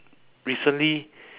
recently